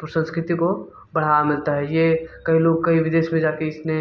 तो संस्कृति को बढ़ावा मिलता है ये कई लोग कई विदेश में जा के इसने